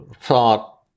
thought